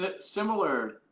similar